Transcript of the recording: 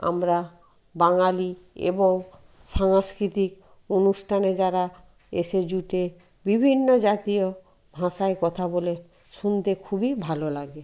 আমরা বাঙালি এবং সাংস্কৃতিক অনুষ্ঠানে যারা এসে জোটে বিভিন্ন জাতীয় ভাষায় কথা বলে শুনতে খুবই ভালো লাগে